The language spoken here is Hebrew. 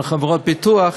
על חברות ביטוח.